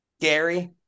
Gary